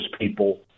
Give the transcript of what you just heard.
People